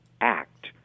act